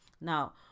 Now